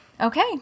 Okay